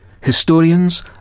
historians